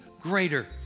greater